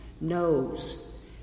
knows